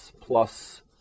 plus